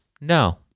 No